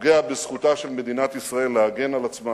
שפוגע בזכותה של מדינת ישראל להגן על עצמה,